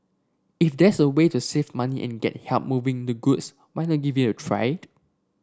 if there's a way to save money and get help moving the goods why not give it a tried